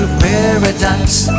paradise